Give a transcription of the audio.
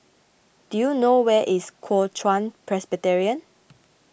do you know where is Kuo Chuan Presbyterian